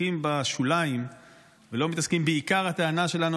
ומתעסקים בשוליים ולא מתעסקים בעיקר הטענה שלנו,